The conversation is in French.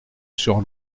sur